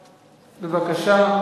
בבקשה.